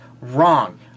wrong